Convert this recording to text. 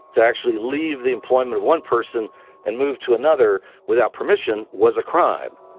to actually leave the employment of one person and move to another without permission was a crime